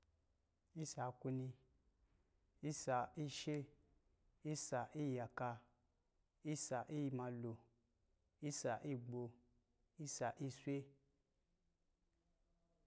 Isa akwini, isa ishe, isa iyaka, isa imato, isa igbo, isa iswe